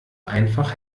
einfach